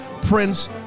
Prince